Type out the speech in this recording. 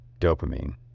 dopamine